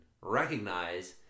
recognize